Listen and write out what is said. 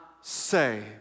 say